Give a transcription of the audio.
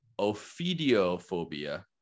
Ophidiophobia